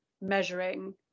measuring